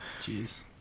Jeez